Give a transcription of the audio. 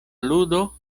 ludo